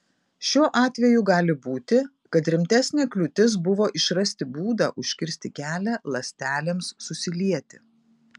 šiuo atveju gali būti kad rimtesnė kliūtis buvo išrasti būdą užkirsti kelią ląstelėms susilieti